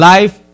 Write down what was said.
Life